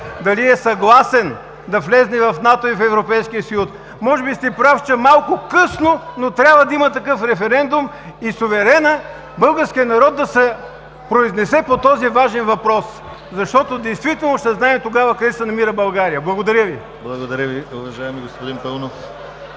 дали е съгласен да влезе в НАТО и в Европейския съюз. Може би сте прав, че е малко късно, но трябва да има такъв референдум и суверенът – българският народ, да се произнесе по този важен въпрос, защото действително ще знаем тогава къде се намира България. Благодаря Ви. (Реплики, шум, възгласи